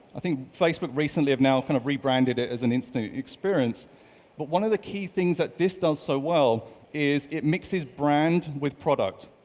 i think facebook recently have now kind of rebranded it as an instant experience but one of the key things that this does so well is it mixes brand with product.